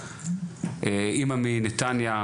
אמא מנתניה,